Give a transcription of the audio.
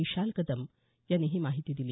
विशाल कदम यांनी ही माहीती दिली